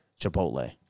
Chipotle